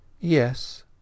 yes